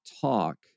talk